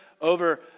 over